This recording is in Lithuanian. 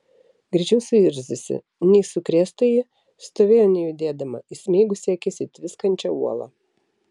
greičiau suirzusi nei sukrėstąjį stovėjo nejudėdama įsmeigusi akis į tviskančią uolą